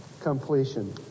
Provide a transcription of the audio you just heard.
completion